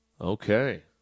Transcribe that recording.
Okay